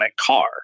car